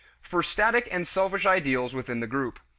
for static and selfish ideals within the group.